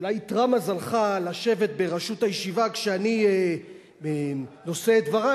אולי איתרע מזלך לשבת בראשות הישיבה כשאני נושא את דברי,